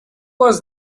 was